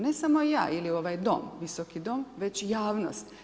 Ne samo ja ili ovaj dom, Visoki dom, već javnost.